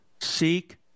Seek